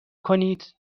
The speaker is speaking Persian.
کنید